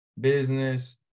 business